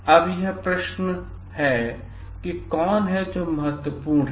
अब यह प्रश्न यह है कि कौन है जो बहुत महत्वपूर्ण है